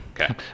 okay